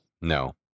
No